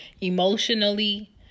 emotionally